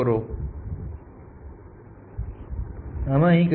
કારણ કે બંને એડમિસિસિબલ છે